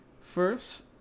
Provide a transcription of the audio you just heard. First